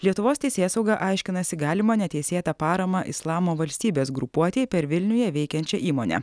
lietuvos teisėsauga aiškinasi galimą neteisėtą paramą islamo valstybės grupuotei per vilniuje veikiančią įmonę